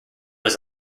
was